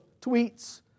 tweets